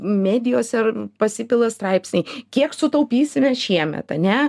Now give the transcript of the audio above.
medijose ir pasipila straipsniai kiek sutaupysime šiemet ane